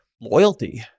loyalty